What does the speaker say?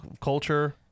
culture